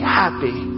happy